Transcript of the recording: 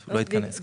לא התכנס.